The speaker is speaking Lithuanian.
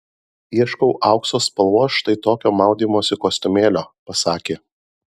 ieškau aukso spalvos štai tokio maudymosi kostiumėlio pasakė